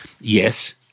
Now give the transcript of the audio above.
Yes